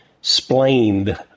splained